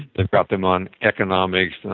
they've got hem on economics,